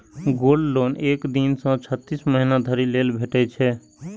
gold loan एक दिन सं छत्तीस महीना धरि लेल भेटै छै